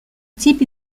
types